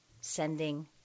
sending